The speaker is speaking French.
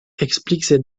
expliquent